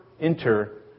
enter